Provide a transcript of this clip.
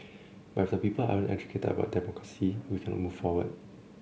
but if the people aren't educated about democracy we cannot move forward